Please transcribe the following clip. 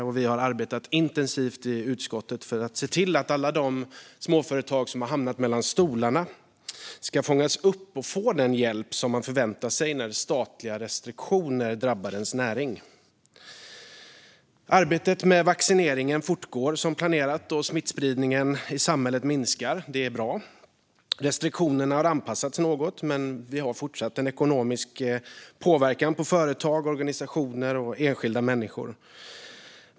I utskottet har vi arbetat intensivt för att se till att alla de småföretag som har hamnat mellan stolarna ska fångas upp och få den hjälp som man förväntar sig när statliga restriktioner drabbar ens näring. Arbetet med vaccineringen fortgår som planerat, och smittspridningen i samhället minskar, vilket är bra. Restriktionerna har anpassats något, men det finns fortsatt en ekonomisk påverkan på företag, organisationer och enskilda människor.